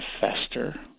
fester